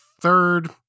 third